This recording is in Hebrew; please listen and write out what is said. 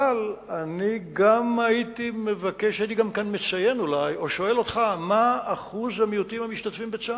אבל הייתי שואל אותך: מה אחוז בני המיעוטים המשתתפים בצה"ל?